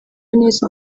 neza